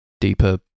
deeper